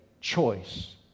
choice